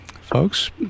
folks